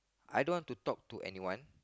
I don't want to talk to anyone